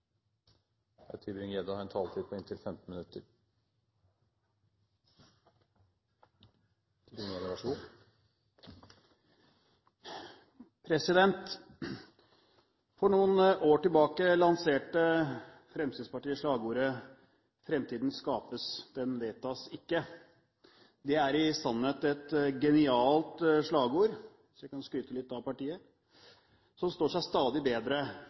For noen år tilbake lanserte Fremskrittspartiet slagordet «Fremtiden skapes – den vedtas ikke». Det er i sannhet et genialt slagord – for å skryte litt av partiet – som står seg stadig bedre